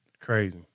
Crazy